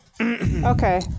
Okay